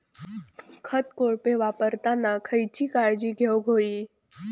खत कोळपे वापरताना खयची काळजी घेऊक व्हयी?